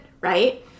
Right